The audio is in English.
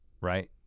right